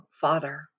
Father